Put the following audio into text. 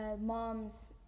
moms